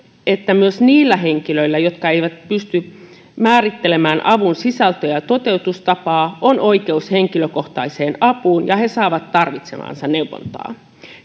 että myös niillä henkilöillä jotka eivät pysty määrittelemään avun sisältöä ja toteutustapaa on oikeus henkilökohtaiseen apuun ja he saavat tarvitsemaansa neuvontaa